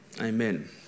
Amen